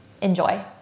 Enjoy